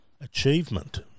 Achievement